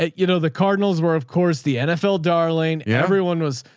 you know, the cardinals were, of course the nfl, darlene, everyone was,